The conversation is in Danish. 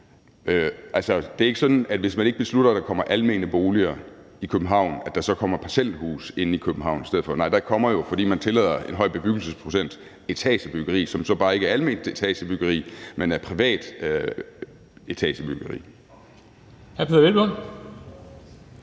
hvis man beslutter, at der ikke skal komme almene boliger i København, så kommer der parcelhuse inde i København i stedet for. Nej, der kommer jo, fordi man tillader en høj bebyggelsesprocent, etagebyggeri, som så bare ikke er alment etagebyggeri, men er privat etagebyggeri.